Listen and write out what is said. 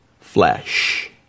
flesh